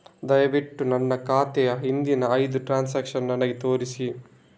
ದಯವಿಟ್ಟು ನನ್ನ ಖಾತೆಯ ಹಿಂದಿನ ಐದು ಟ್ರಾನ್ಸಾಕ್ಷನ್ಸ್ ನನಗೆ ತೋರಿಸಿ